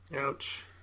Ouch